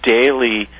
daily